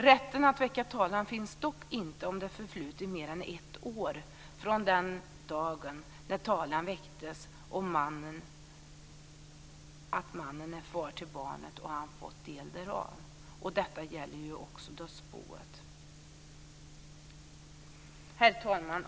Rätten att väcka talan finns dock inte om det förflutit mer än ett år från den dag talan väckts om att mannen är far till barnet och han fått del därav. Detta gäller också dödsboet. Herr talman!